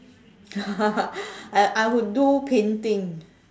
ya I I would do painting